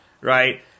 right